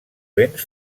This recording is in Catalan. vents